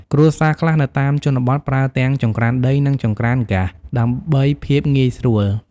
គ្រួសារខ្លះនៅតាមជនបទ ប្រើទាំងចង្រ្កានដី និងចង្រ្កានហ្គាស ដើម្បីភាពងាយស្រួល។